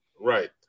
Right